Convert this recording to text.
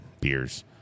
beers